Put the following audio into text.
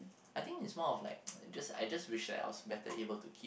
I think is one of like I just I just wish that I was better able to keep